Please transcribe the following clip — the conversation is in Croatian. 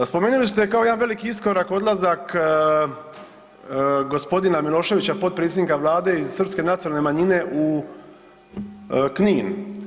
Spomenuli ste kao jedan veliki iskorak odlazak gospodina Miloševića potpredsjednika Vlade iz srpske nacionalne manjine u Knin.